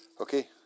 okay